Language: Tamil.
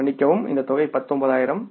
மன்னிக்கவும் இந்த தொகை 19000